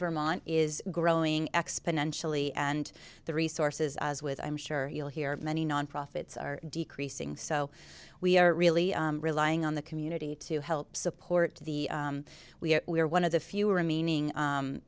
vermont is growing exponentially and the resources as with i'm sure you'll hear many nonprofits are decreasing so we are really relying on the community to help support the we are one of the few remaining